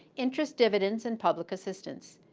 interest dividends and public assistance.